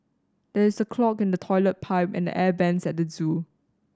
there is a clog in the toilet pipe and the air vents at the zoo